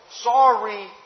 sorry